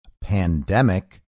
pandemic